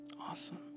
awesome